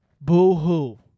Boo-hoo